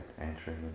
entering